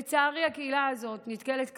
לצערי, הקהילה הזאת נתקלת כאן,